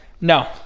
No